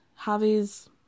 Javi's